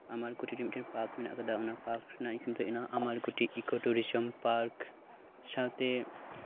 ᱟᱢᱟᱨ ᱠᱩᱴᱤᱨ ᱨᱮ ᱢᱤᱫᱴᱟᱱ ᱯᱟᱨᱠ ᱢᱮᱱᱟᱜ ᱟᱠᱟᱫᱟ ᱚᱱᱟ ᱯᱟᱨᱠ ᱨᱮᱭᱟᱜ ᱧᱩᱛᱩᱢ ᱛᱟᱦᱮᱸ ᱠᱟᱱᱟ ᱟᱢᱟᱨ ᱠᱩᱴᱤᱨ ᱤᱠᱳ ᱴᱩᱨᱤᱡᱚᱢ ᱯᱟᱨᱠ ᱥᱟᱶᱛᱮ